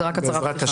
זאת רק הצהרת פתיחה.